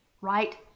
right